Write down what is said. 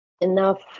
enough